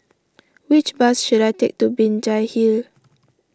which bus should I take to Binjai Hill